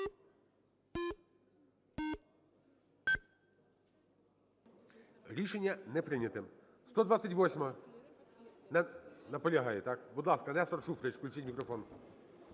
Рішення не прийнято.